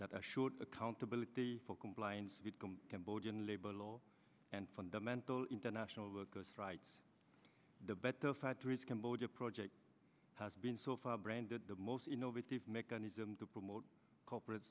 that a short accountability for compliance with cambodian labor law and fundamental international workers rights the bet the factories cambodia project has been so far branded the most innovative mechanism to promote corporate